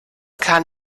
kann